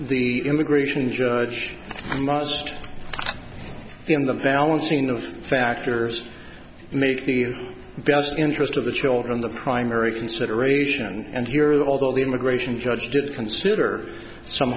the immigration judge must be in the balancing of factors make the best interest of the children the primary consideration and your although the immigration judge did consider some